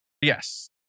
Yes